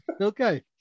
okay